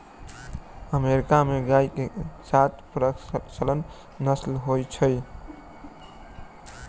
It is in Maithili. अमेरिका में गाय के सात प्रकारक नस्ल होइत अछि